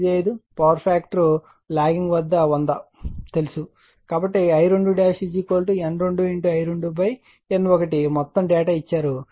85 power factor lagging వద్ద 100 తెలిసినవి కాబట్టి I2 N2 I2 N1మొత్తం డేటా ఇవ్వబడ్డాయి